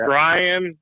Brian